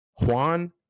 Juan